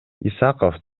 исаков